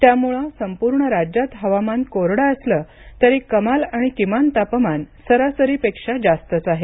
त्यामुळे संपूर्ण राज्यात हवामान कोरडं असलं तरी कमाल आणि किमान तापमान सरासरीपेक्षा जास्तच आहे